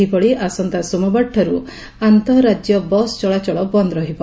ସେହିଭଳି ଆସନ୍ତା ସୋମବାରଠାରୁ ଆନ୍ତଃରାକ୍ୟ ବସ୍ ଚଳାଚଳ ବନ୍ଦ୍ ରହିବ